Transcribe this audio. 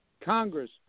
Congress